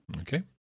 okay